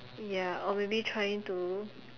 ya or maybe trying to